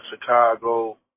Chicago